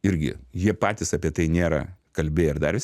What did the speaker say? irgi jie patys apie tai nėra kalbėję ir dar vis